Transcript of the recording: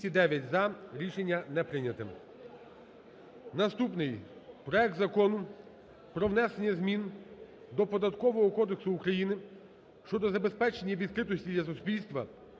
Наступний – проект Закону про внесення змін до Податкового кодексу України щодо забезпечення відкритості для суспільства